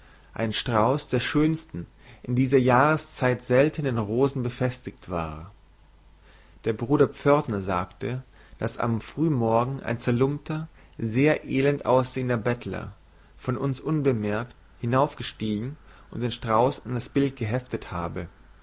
ein strauß der schönsten in dieser jahreszeit seltenen rosen befestigt war der bruder pförtner sagte daß am frühen morgen ein zerlumpter sehr elend aussehender bettler von uns unbemerkt hinaufgestiegen und den strauß an das bild geheftet habe